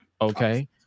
okay